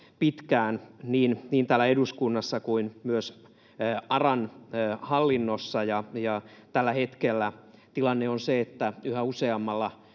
pitkään niin täällä eduskunnassa kuin myös ARAn hallinnossa. Tällä hetkellä tilanne on se, että yhä useamman